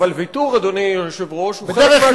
אבל ויתור, אדוני היושב-ראש, הוא חלק מהשלום.